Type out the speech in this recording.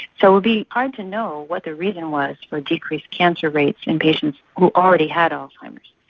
so it would be hard to know what the reason was for decreased cancer rates in patients who already had alzheimer's.